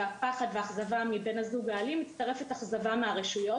הפחד והאכזבה מבן הזוג האלים מצטרפת אכזבה מהרשויות,